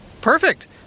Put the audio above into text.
Perfect